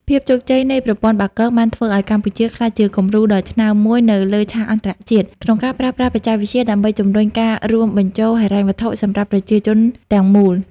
ភាពជោគជ័យនៃប្រព័ន្ធបាគងបានធ្វើឱ្យកម្ពុជាក្លាយជាគំរូដ៏ឆ្នើមមួយនៅលើឆាកអន្តរជាតិ ក្នុងការប្រើប្រាស់បច្ចេកវិទ្យាដើម្បីជម្រុញការរួមបញ្ចូលហិរញ្ញវត្ថុសម្រាប់ប្រជាជាតិទាំងមូល។